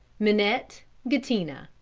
minette gattina.